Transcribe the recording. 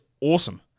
awesome